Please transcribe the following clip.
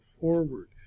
forward